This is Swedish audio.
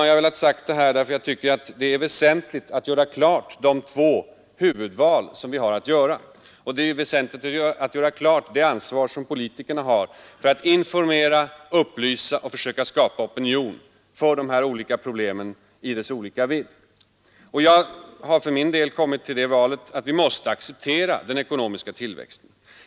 Jag har velat säga detta därför att det är väsentligt att göra klart vilka två huvudalternativ vi har att välja mellan och vilket ansvar politikerna har för att informera, upplysa och försöka skapa opinion för dessa problem i deras olika vidd. Jag har för min del kommit till den slutsatsen att vi måste acceptera den ekonomiska tillväxten.